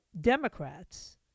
Democrats